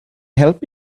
help